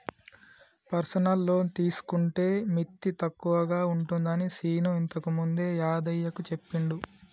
personal loan తీసుకుంటే మిత్తి తక్కువగా ఉంటుందని శీను ఇంతకుముందే యాదయ్యకు చెప్పిండు